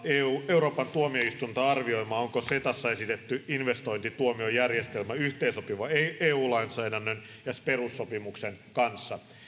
euroopan tuomioistuinta arvioimaan onko cetassa esitetty investointituomiojärjestelmä yhteensopiva eu lainsäädännön ja perussopimuksen kanssa